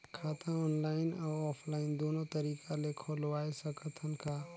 खाता ऑनलाइन अउ ऑफलाइन दुनो तरीका ले खोलवाय सकत हन का?